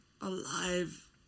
alive